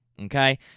Okay